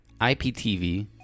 IPTV